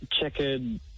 checkered